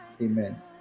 amen